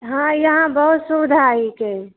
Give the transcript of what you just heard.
हँ यहाँ बहुत सुबिधा हीकै